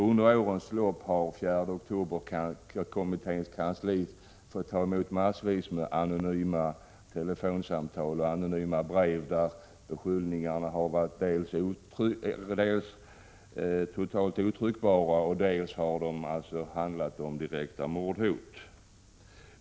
Under årens lopp har 4 oktober-kommitténs kansli fått ta emot massvis med anonyma telefonsamtal och anonyma brev. Dels har beskyllningarna där varit så att säga totalt otryckbara, dels har det handlat om direkta mordhot.